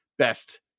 Best